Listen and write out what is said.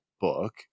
book